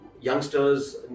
youngsters